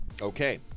Okay